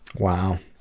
wow.